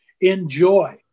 Enjoy